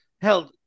held